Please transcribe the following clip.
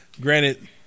granted